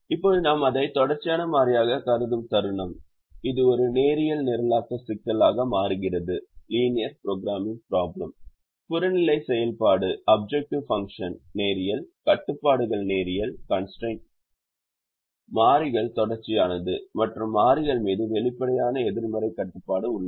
இப்போது நாம் அதை தொடர்ச்சியான மாறியாகக் கருதும் தருணம் இது ஒரு நேரியல் நிரலாக்க சிக்கலாக மாறுகிறது புறநிலை செயல்பாடு நேரியல் கட்டுப்பாடுகள் நேரியல் மாறிகள் தொடர்ச்சியானது மற்றும் மாறிகள் மீது வெளிப்படையான எதிர்மறை கட்டுப்பாடு உள்ளது